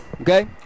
Okay